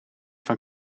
van